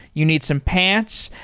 you need some pants,